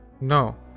No